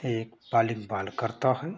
एक पालि में बाल करता है